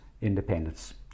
independence